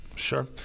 sure